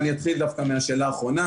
אני אתחיל דווקא מהשאלה האחרונה